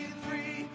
free